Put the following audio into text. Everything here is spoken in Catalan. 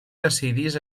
decidís